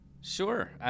Sure